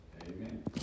Amen